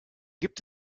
gibt